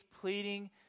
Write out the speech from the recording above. pleading